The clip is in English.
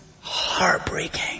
heartbreaking